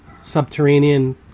subterranean